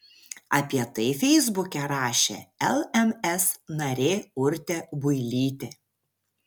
apie tai feisbuke rašė lms narė urtė builytė